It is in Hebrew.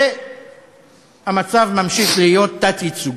והמצב ממשיך להיות תת-ייצוג.